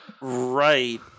right